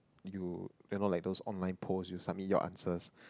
you cannot like those online polls you submit your answers